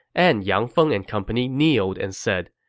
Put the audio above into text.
and yang feng and company kneeled and said,